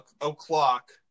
o'clock